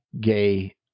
gay